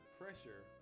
pressure